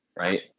Right